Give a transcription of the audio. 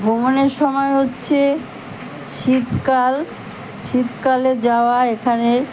ভ্রমণের সময় হচ্ছে শীতকাল শীতকালে যাওয়া এখানে